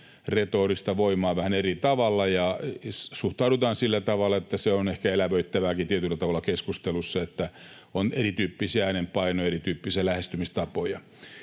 retorista voimaa vähän eri tavalla, ja suhtaudutaan sillä tavalla, että se on ehkä elävöittävääkin tietyllä tavalla keskustelussa, että on erityyppisiä äänenpainoja ja erityyppisiä lähestymistapoja.